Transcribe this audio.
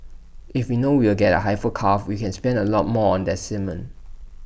if we know we'll get A heifer calf we can spend A lot more on that semen